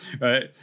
right